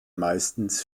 meistens